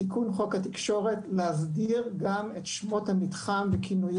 תיקון חוק התקשורת להסדיר גם את שמות המתחם וכינוי